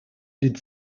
did